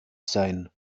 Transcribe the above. sein